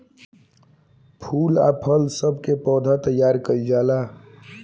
फूल आ फल सब के पौधा तैयार कइल जाला